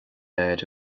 air